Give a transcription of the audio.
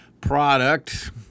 product